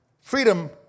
freedom